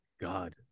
God